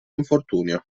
infortunio